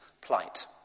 plight